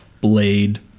Blade